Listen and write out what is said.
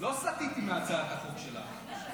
לא סטיתי מהצעת החוק שלך.